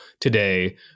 today